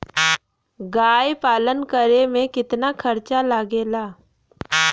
गाय पालन करे में कितना खर्चा लगेला?